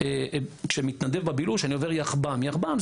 כשאני מתנדב בבילוש אני עובר יחב"מ,